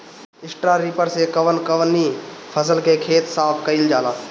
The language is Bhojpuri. स्टरा रिपर से कवन कवनी फसल के खेत साफ कयील जाला?